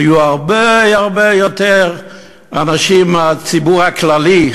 והיו הרבה הרבה יותר אנשים מהציבור הכללי,